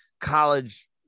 college